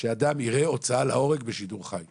שאדם יראה הוצאה להורג בשידור חי.